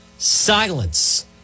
Silence